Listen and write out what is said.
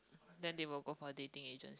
then they will go for dating agent